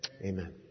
Amen